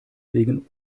wegen